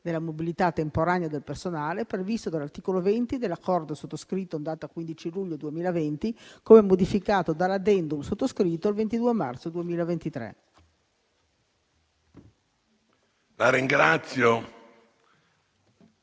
della mobilità temporanea del personale, previsto dall'articolo 20 dell'accordo sottoscritto in data 15 luglio 2020, come modificato dall'*addendum* sottoscritto il 22 marzo 2023.